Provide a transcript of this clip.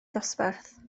ddosbarth